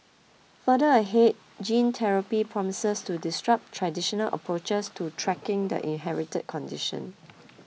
further ahead gene therapy promises to disrupt traditional approaches to tracking the inherited condition